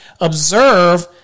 observe